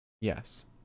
Yes